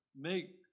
make